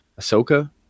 ahsoka